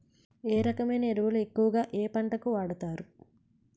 ఏ రకమైన ఎరువులు ఎక్కువుగా ఏ పంటలకు వాడతారు?